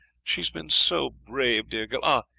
she has been so brave, dear girl. ah!